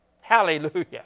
Hallelujah